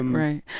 um right.